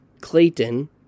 Clayton